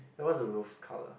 and what's the roof's colour